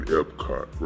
Epcot